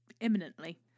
imminently